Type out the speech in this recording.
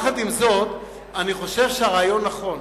עם זאת, אני חושב שהרעיון נכון.